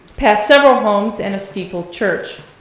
past several homes and a steeple church.